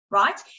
right